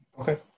Okay